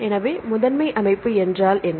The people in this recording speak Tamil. எனவே முதன்மை அமைப்பு என்றால் என்ன